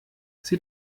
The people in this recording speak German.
sie